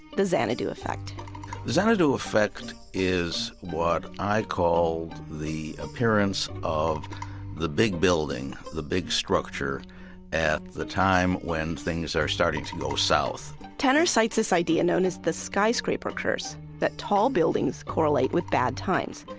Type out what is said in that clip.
the xanadu effect the xanadu effect is what i called the appearance of the big building, the big structure at the time when things are starting to go south tenner cites his idea known as the skyscraper curse. that tall buildings correlate with bad times.